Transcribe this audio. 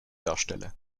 darstelle